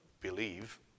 believe